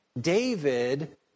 David